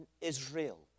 Israel